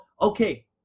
okay